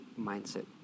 mindset